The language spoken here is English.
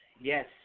yes